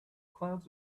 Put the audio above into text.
clouds